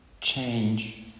change